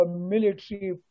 military